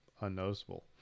unnoticeable